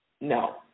No